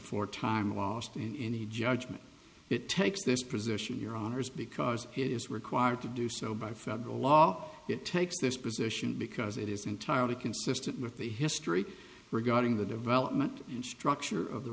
for time lost in judgment it takes this position your honour's because it is required to do so by federal law it takes this position because it is entirely consistent with the history regarding the development and structure of the